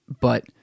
but-